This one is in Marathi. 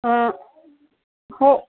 हो